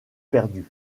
perdues